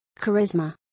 Charisma